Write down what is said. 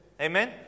Amen